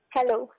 Hello